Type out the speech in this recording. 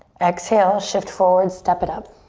exhale, shift forward, step it up.